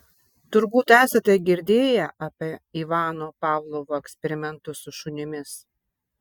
turbūt esate girdėję apie ivano pavlovo eksperimentus su šunimis